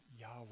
Yahweh